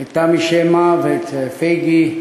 את תמי שמע ואת פייגי